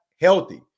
healthy